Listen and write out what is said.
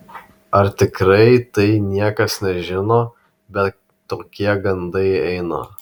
ar tikrai tai niekas nežino bet tokie gandai eina